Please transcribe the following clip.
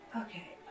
Okay